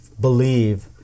believe